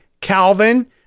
Calvin